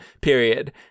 period